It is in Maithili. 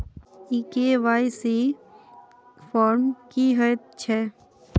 ई के.वाई.सी फॉर्म की हएत छै?